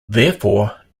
therefore